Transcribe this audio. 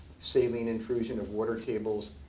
saving intrusion of water tables,